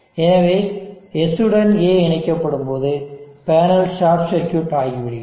எனவே S உடன் A இணைக்கப்படும் போது பேனல் ஷார்ட் சர்க்யூட் ஆகிவிடுகிறது